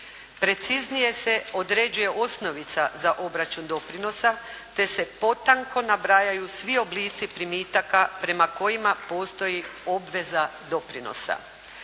Preciznije se određuje osnovica za obračun doprinosa te se potanko nabrajaju svi oblici primitaka prema kojima postoji obveza doprinosa.